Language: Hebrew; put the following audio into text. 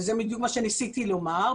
וזה בדיוק מה שניסיתי לומר,